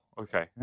okay